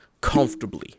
comfortably